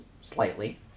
slightly